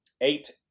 Eight